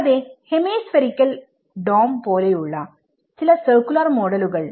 കൂടാതെ ഹെമിസ്ഫെരിക്കൽ ദോംപോലുള്ള ചില സർക്കുലർ മോഡലുകൾ